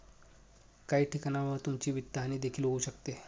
काही ठिकाणांवर तुमची वित्तहानी देखील होऊ शकते